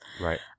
Right